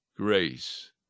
grace